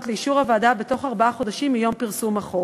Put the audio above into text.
לאישור הוועדה בתוך ארבעה חודשים מיום פרסום החוק.